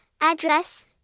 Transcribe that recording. Address